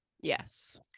yes